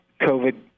COVID